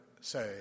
say